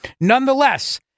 Nonetheless